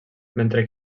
mentre